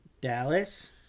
Dallas